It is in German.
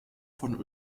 von